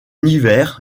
hiver